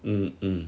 mmhmm